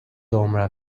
عمرم